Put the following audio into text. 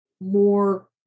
more